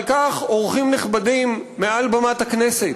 על כך, אורחים נכבדים, מעל בימת הכנסת